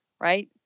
right